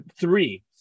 three